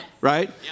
Right